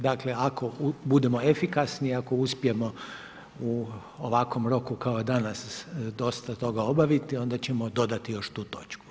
Dakle, ako budemo efikasni, ako uspijemo u ovakvom roku kao danas dosta toga obaviti, onda ćemo dodati još tu točku.